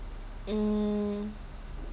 mm